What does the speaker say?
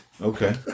Okay